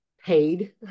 paid